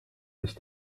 sich